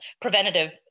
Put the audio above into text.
preventative